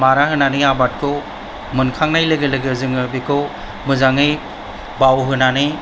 मारा होनानै आबादखौ मोनखांनाय लोगो लोगो जोङो बेखौ मोजाङै बाव होनानै